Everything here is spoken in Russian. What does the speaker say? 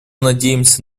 надеемся